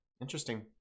Interesting